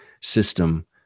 system